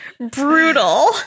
Brutal